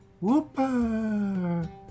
whooper